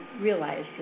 realize